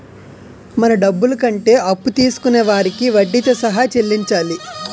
మన డబ్బులు కంటే అప్పు తీసుకొనే వారికి వడ్డీతో సహా చెల్లించాలి